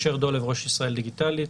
אני ראש “ישראל דיגיטלית”.